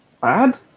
bad